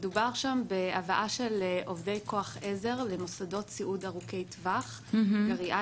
מדובר שם בהבאה של עובדי כוח עזר למוסדות סיעוד ארוכי טווח גריאטריים.